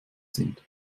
sind